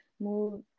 move